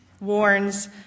warns